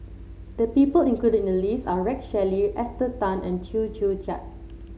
the people included in the list are Rex Shelley Esther Tan and Chew Joo Chiat